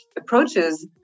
approaches